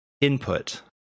input